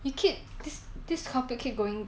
you keep this this topic keep going